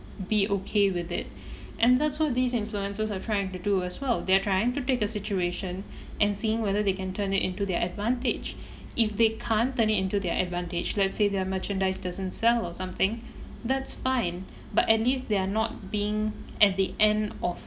be okay with it and that's why these influences are trying to do as well they're trying to take a situation and seeing whether they can turn it into their advantage if they can't turn it into their advantage let's say their merchandise doesn't sell or something that's fine but at least they're not being at the end of